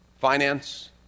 Finance